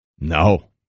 no